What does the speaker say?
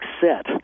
set